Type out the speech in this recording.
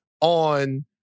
on